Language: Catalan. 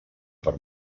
per